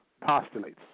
postulates